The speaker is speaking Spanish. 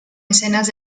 escenas